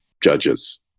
judges